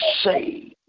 say